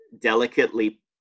delicately